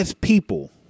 people